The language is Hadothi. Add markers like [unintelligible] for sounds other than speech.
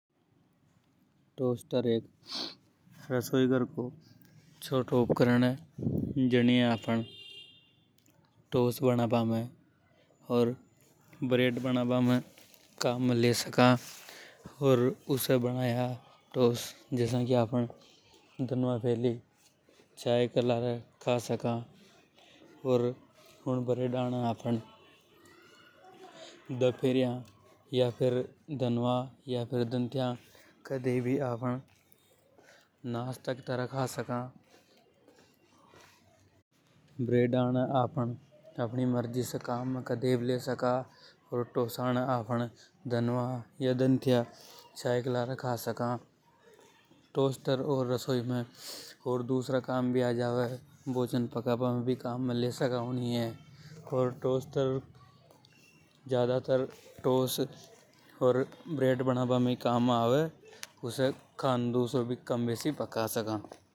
टोस्टर एक रसोई घर को चोटों उपकरण हे। [noise] जीनिये आफ़न टॉस बनावा में, ब्रैड बना बा में काम ले सका। अर उसे बनाया टॉस आफ़न दानवा चाय के लार का सका। ओर उन ब्रैड ना ने आफ़न डिफेरिया दत्तियां कड़ी भी खा सका। [noise] ब्रैडा ने आफ़न अपनी मर्जी से कड़े भी काम ले सका। ओर तोषण आफ़न दनवा या दन थिया चाय के लार खा सका टोस्टर रसोई में दूसरा काम भी आ जावे। [unintelligible] ज्यादातर टॉस और ब्रैड बना बा में काम आवे। [noise]